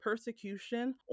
persecution